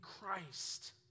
Christ